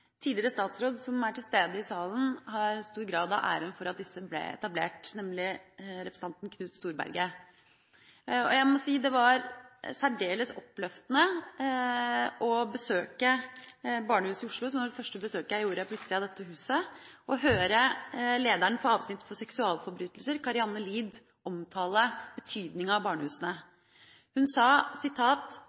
tidligere statsråd som er til stede i salen, representanten Knut Storberget, har en stor grad av æren for at disse ble etablert. Det var særdeles oppløftende å besøke barnehuset i Oslo, som var mitt første besøk utenfor dette huset, og høre lederen for avsnittet for seksualforbrytelser i Oslo politidistrikt, Kari-Anne Lid, omtale betydningen av barnehusene. Hun sa